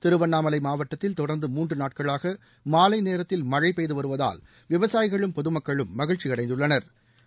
திருவண்ணாமலை மாவட்டத்தில் தொடர்ந்து மூன்று நாட்களாக மாலை நேரத்தில் மழை பெய்து வருவதால் விவசாயிகளும் பொதுமக்களும் மகிழ்ச்சியடைந்துள்ளனா்